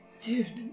dude